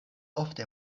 ofte